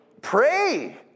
pray